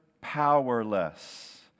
powerless